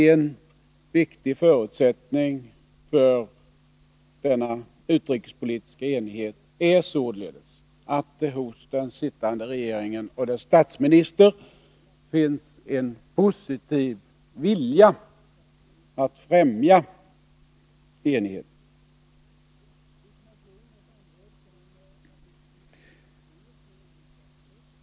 En viktig förutsättning för denna utrikespolitiska enighet är således att det hos den sittande regeringen och dess statsminister finns en positiv vilja att 27 främja enighet.